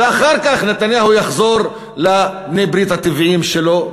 ואחר כך נתניהו יחזור לבעלי-הברית הטבעיים שלו,